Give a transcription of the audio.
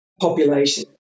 population